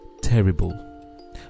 terrible